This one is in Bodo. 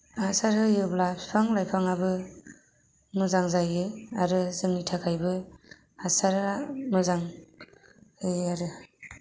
हासार होयोब्ला बिफां लाइफांआबो मोजां जायो आरो जोंनि थाखायबो हासारा मोजां होयो आरो